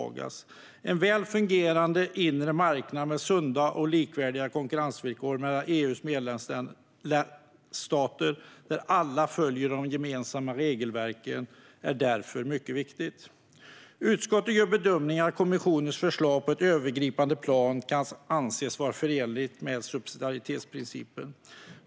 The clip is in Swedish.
Det är därför mycket viktigt att det finns en väl fungerande inre marknad med sunda och likvärdiga konkurrensvillkor mellan EU:s medlemsstater och att alla följer de gemensamma regelverken. Utskottet gör bedömningen att kommissionens förslag på ett övergripande plan kan anses vara förenligt med subsidiaritetsprincipen.